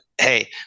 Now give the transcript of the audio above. hey